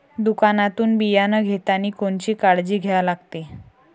दुकानातून बियानं घेतानी कोनची काळजी घ्या लागते?